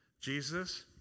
Jesus